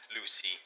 Lucy